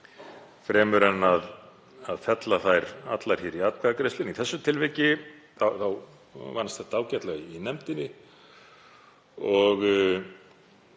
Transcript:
fremur en að fella þær allar í atkvæðagreiðslu. Í þessu tilviki vannst þetta ágætlega í nefndinni og